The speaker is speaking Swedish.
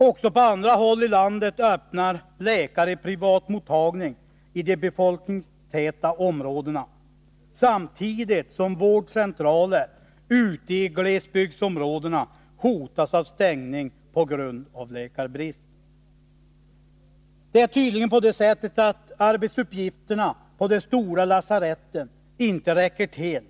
Också på andra håll i landet öppnar läkare privatmottagningar i de befolkningstäta områdena. Samtidigt hotas vårdcentraler ute i glesbygdsområdena av stängning på grund av läkarbrist. Det är tydligen på det sättet att arbetsuppgifterna på de stora lasaretten inte räcker till.